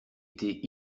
été